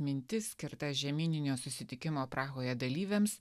mintis skirta žemyninio susitikimo prahoje dalyviams